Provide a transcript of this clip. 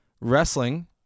wrestling